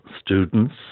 students